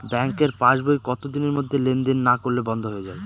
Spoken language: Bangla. ব্যাঙ্কের পাস বই কত দিনের মধ্যে লেন দেন না করলে বন্ধ হয়ে য়ায়?